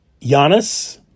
Giannis